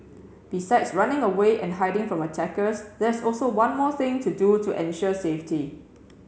besides running away and hiding from attackers there's also one more thing to do to ensure safety